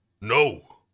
No